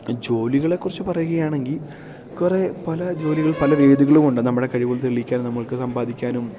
ജോലികളെക്കുറിച്ച് പറയുകയാണെങ്കിൽ കുറേ പല ജോലികൾ പല വേദികളുമുണ്ട് നമ്മുടെ കഴിവുകൾ തെളിയിക്കാനും നമ്മൾക്ക് സമ്പാദിക്കാനും